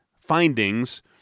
findings